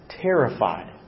terrified